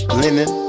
linen